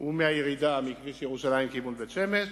הוא מהירידה מכביש ירושלים לכיוון בית-שמש